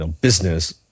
business